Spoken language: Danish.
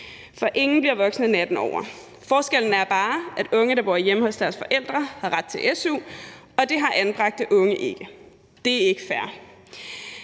For ingen bliver voksne natten over. Forskellen er bare, at unge, der bor hjemme hos deres forældre, har ret til su, og det har anbragte unge ikke. Det er ikke fair.